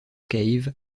cave